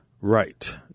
Right